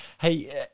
hey